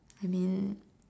I mean